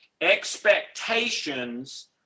expectations